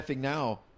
now